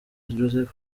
joseph